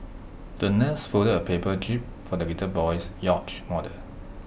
the nurse folded A paper jib for the little boy's yacht model